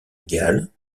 égales